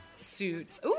suits